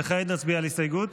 וכעת נצביע על הסתייגות,